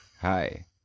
hi